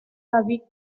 david